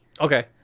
Okay